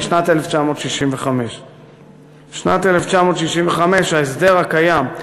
הם משנת 1965. שנת 1965. ההסדר הקיים,